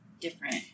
different